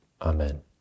Amen